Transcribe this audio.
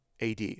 AD